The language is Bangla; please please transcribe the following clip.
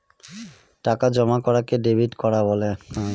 টাকা জমা করাকে ডেবিট করা বলা হয়